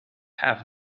have